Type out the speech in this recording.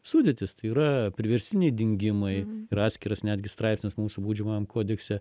sudėtis tai yra priverstiniai dingimai yra atskiras netgi straipsnis mūsų baudžiamajam kodekse